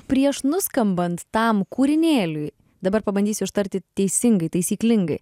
prieš nuskambant tam kūrinėliui dabar pabandysiu ištarti teisingai taisyklingai